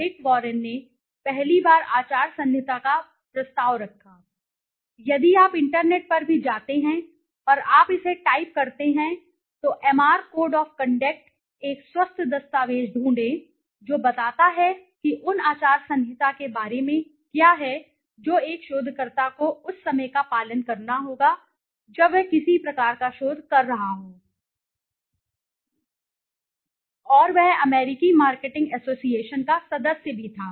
Dick Warren ने पहली बार आचार संहिता का प्रस्ताव रखा यदि आप इंटरनेट पर भी जाते हैं और आप इसे टाइप करते हैं तो एमआरए कोड ऑफ कंडक्ट एक स्वस्थ दस्तावेज ढूंढें जो बताता है कि उन आचार संहिता के बारे में क्या है जो एक शोधकर्ता को उस समय का पालन करना होगा जब वह किसी प्रकार का शोध कर रहा हो और वह अमेरिकी मार्केटिंग एसोसिएशन का सदस्य भी था